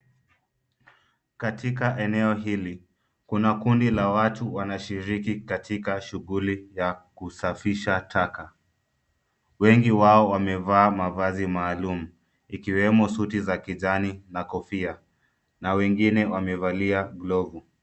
Katika eneo hili, kuna kundi la watu wanashiriki katika shughuli ya kusafisha taka. Wengi wao wamevaa mavazi maalum ikiwemo suti za kijani na kofia, na wengine wamevalia glovu.